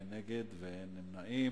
נגד, אין, ונמנעים,